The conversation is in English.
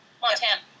Montana